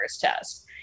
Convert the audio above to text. test